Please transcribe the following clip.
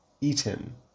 Eaten